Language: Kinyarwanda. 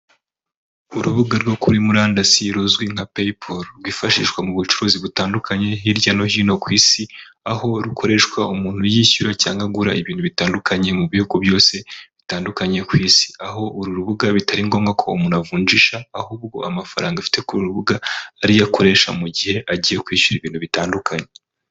Urubuga rwo kuri murandasi ruzwi nka peyipolu, rwifashishwa mu bucuruzi butandukanye hirya no hino ku isi, aho rukoreshwa umuntu yishyura cyangwa agura ibintu bitandukanye mu bihugu byose bitandukanye ku isi. Aho uru rubuga bitari ngombwa ko umuntu avunjisha ahubwo amafaranga afite kuri uru rubuga ari yo akoresha mu gihe agiye kwishyura ibintu bitandukanye.